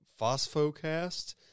phosphocast